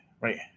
right